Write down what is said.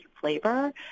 flavor